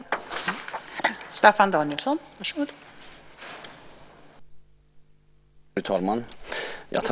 Då Jan Andersson, som framställt interpellationen, anmält att han var förhindrad att närvara vid sammanträdet medgav andre vice talmannen att Staffan Danielsson i stället fick delta i överläggningen.